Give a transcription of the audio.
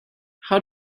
how